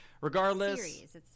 regardless